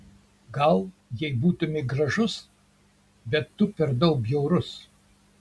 gal jei būtumei gražus bet tu per daug bjaurus